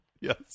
Yes